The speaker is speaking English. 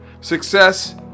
success